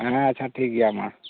ᱦᱮᱸ ᱟᱪᱷᱟ ᱴᱷᱤᱠ ᱜᱮᱭᱟ ᱢᱟ